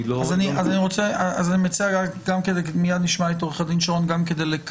מיד נשמע את עורך הדין שרון.